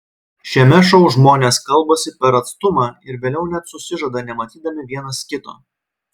šiame šou žmonės kalbasi per atstumą ir vėliau net susižada nematydami vienas kito